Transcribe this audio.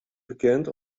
bekend